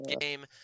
game